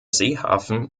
seehafen